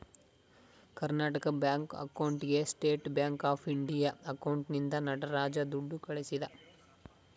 Karnataka Bank ಅಕೌಂಟ್ಗೆ State Bank of India ಅಕೌಂಟ್ನಿಂದ ನಟರಾಜ ದುಡ್ಡು ಕಳಿಸಿದ